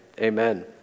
amen